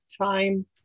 time